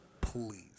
please